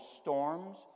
storms